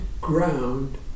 ground